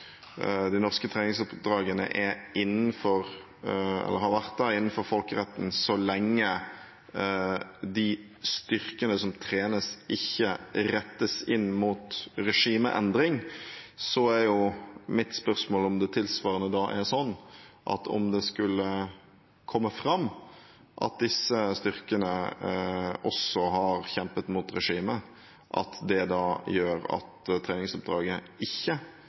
de norske treningsoppdragene har vært innenfor folkeretten så lenge styrkene som trenes, ikke retter kamper inn mot regimeendring, er mitt spørsmål: Er det tilsvarende slik at om det skulle komme fram at disse styrkene også har kjempet mot regimet, så gjør det at treningsoppdraget ikke